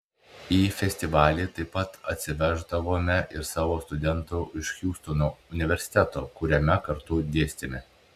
į festivalį taip pat atsiveždavome ir savo studentų iš hjustono universiteto kuriame kartu dėstėme